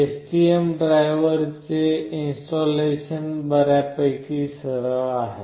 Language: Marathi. STM ड्रायव्हरचे इंस्टॉलेशन बर्यापैकी सरळ आहे